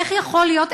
איך יכול להיות?